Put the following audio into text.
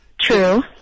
True